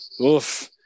oof